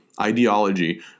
ideology